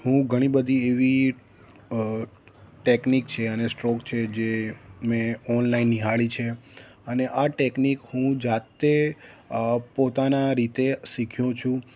હું ઘણી બધી એવી ટેકનિક છે અને સ્ટ્રોક છે જે મેં ઓનલાઇન નિહાળી છે અને આ ટેકનિક હું જાતે પોતાનાં રીતે શીખ્યો છું